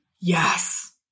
Yes